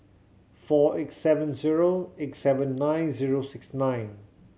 four eight seven zero eight seven nine zero six nine